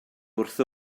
wrth